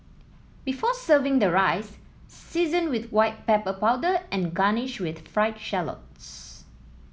before serving the rice season with white pepper powder and garnish with fried shallots